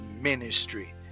ministry